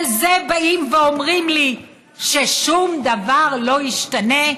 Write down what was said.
על זה באים ואומרים לי ששום דבר לא ישתנה,